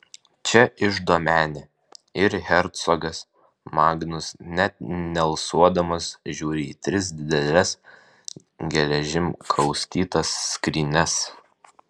čia iždo menė ir hercogas magnus net nealsuodamas žiūri į tris dideles geležim kaustytas skrynias